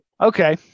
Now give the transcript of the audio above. Okay